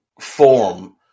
form